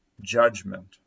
judgment